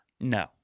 No